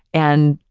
and,